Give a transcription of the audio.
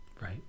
Right